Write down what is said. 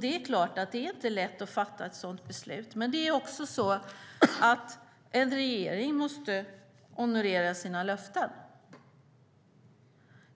Det är klart att det inte är lätt att fatta ett sådant beslut, men en regering måste honorera sina löften.